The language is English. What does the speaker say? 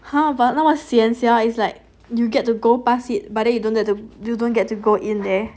!huh! 好吧那么 sian sia it's like you get to go pass it but then you don't get to go in there